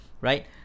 right